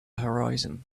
horizon